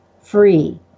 Free